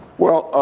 well,